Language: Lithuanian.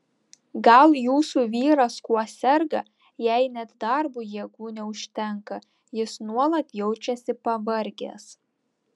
gal jūsų vyras kuo serga jei net darbui jėgų neužtenka jis nuolat jaučiasi pavargęs